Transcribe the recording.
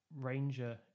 ranger